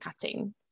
Cutting